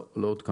לא, לא עודכן.